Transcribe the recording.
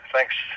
thanks